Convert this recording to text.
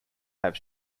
have